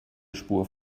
spur